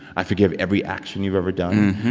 i forgive every action you've ever done,